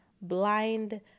Blind